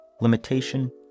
limitation